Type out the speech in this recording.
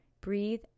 Breathe